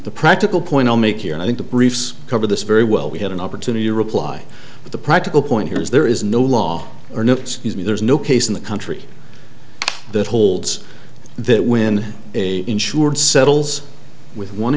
the practical point i'll make here and i think the briefs cover this very well we had an opportunity to reply but the practical point here is there is no law or me there's no case in the country that holds that when a insured settles with one